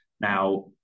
Now